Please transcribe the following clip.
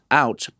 out